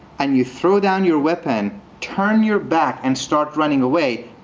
and you throw down your weapon, turn your back, and start running away,